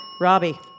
Robbie